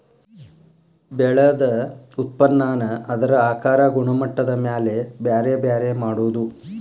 ಬೆಳದ ಉತ್ಪನ್ನಾನ ಅದರ ಆಕಾರಾ ಗುಣಮಟ್ಟದ ಮ್ಯಾಲ ಬ್ಯಾರೆ ಬ್ಯಾರೆ ಮಾಡುದು